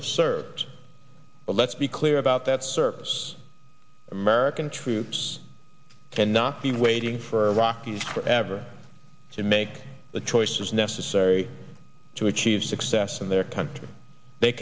have served but let's be clear about that service american troops cannot be waiting for rockies forever to make the choices necessary to achieve success in their country they